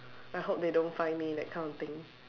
I hope they don't find me that kind of thing